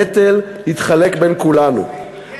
הנטל יתחלק בין כולנו,